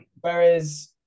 Whereas